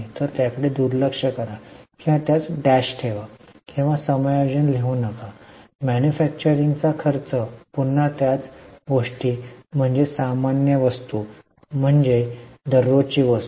तर त्याकडे दुर्लक्ष करा किंवा त्यास डॅश ठेवा किंवा समायोजन लिहू नका मॅन्युफॅक्चरिंगचा खर्च पुन्हा त्याच गोष्टी म्हणजे सामान्य वस्तू म्हणजे दररोजची वस्तू